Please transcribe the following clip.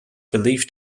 believed